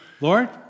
Lord